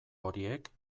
horiek